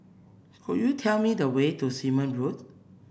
could you tell me the way to Simon Road